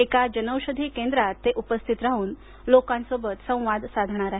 एका जनौषधी केंद्रात ते उपस्थित राहून लोकांसोबत संवाद साधणार आहेत